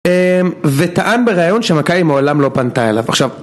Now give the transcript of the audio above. וטען בראיון שמכבי מעולם לא פנתה אליו, עכשיו